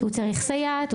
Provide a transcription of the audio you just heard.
צריך סייעת,